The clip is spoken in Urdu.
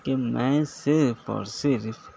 کہ میں صرف اور صرف